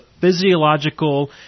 physiological